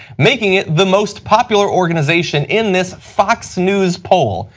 making it the most popular organization in this fox news poll,